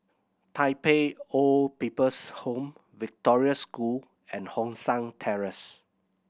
Tai Pei Old People's Home Victoria School and Hong San Terrace